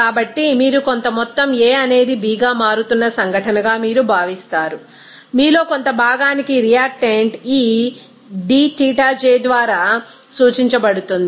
కాబట్టి మీరు కొంత మొత్తం A అనేది B గా మారుతున్న సంఘటనగా మీరు భావిస్తారు మీలో కొంత భాగానికి రియాక్టెంట్ ఈ dξj ద్వారా సూచించబడుతుంది